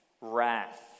wrath